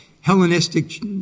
Hellenistic